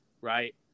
right